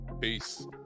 peace